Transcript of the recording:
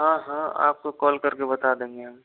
हाँ हाँ आपको कॉल करके बता देंगे हम